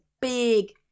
big